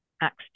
Acts